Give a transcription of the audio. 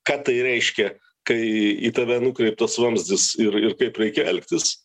ką tai reiškia kai į tave nukreiptas vamzdis ir ir kaip reikia elgtis